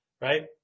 right